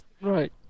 Right